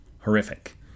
Horrific